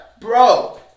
bro